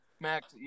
Max